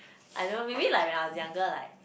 I don't know maybe like when I was younger like